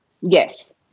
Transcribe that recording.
Yes